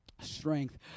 Strength